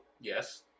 Yes